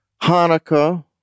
Hanukkah